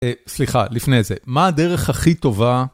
אה, סליחה, לפני זה. מה הדרך הכי טובה?